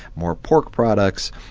more pork products,